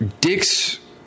Dick's